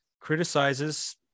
criticizes